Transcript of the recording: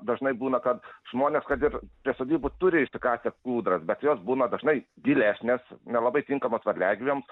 dažnai būna kad žmonės kad ir prie sodybų turi išsikasę kūdras bet jos būna dažnai gilesnės nelabai tinkamos varliagyviams